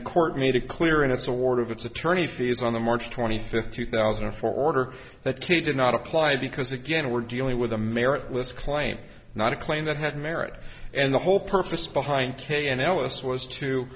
the court made it clear in its award of its attorney fees on the march twenty fifth two thousand and four order that key did not apply because again we're dealing with a merit let's claim not a claim that had merit and the whole purpose behind k analysis was to